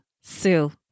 Sue